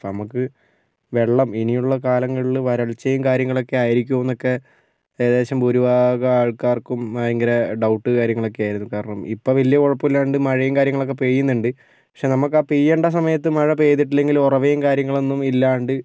അപ്പം നമുക്ക് വെള്ളം ഇനിയുള്ള കാലങ്ങളിൽ വരൾച്ചയും കാര്യങ്ങളൊക്കെയായിരിക്കും എന്നൊക്കെ ഏകദേശം ഭൂരിഭാഗം ആൾക്കാർക്കും ഭയങ്കര ഡൗട്ട് കാര്യങ്ങളൊക്കെയായിരുന്നു കാരണം ഇപ്പോൾ വലിയ കുഴപ്പമില്ലാണ്ട് മഴയും കാര്യങ്ങളൊക്കെ പെയ്യുന്നുണ്ട് പക്ഷേ നമുക്ക് ആ പെയ്യേണ്ട സമയത്ത് മഴ പെയ്തിട്ടില്ലെങ്കിൽ ഒറവ വെയിലും കാര്യങ്ങളൊന്നും ഇല്ലാണ്ട്